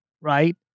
right